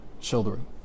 children